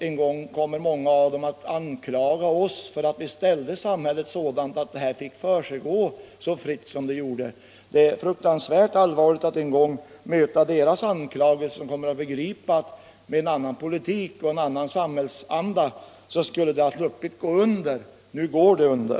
En gång kommer många att anklaga oss för att vi ställde samhället sådant att detta fick försiggå så fritt som det gjorde. Det är fruktansvärt allvarligt att en gång möta anklagelserna från dem som kommer att begripa att de med en annan politik och en annan samhällsanda hade sluppit gå under. Nu går de under.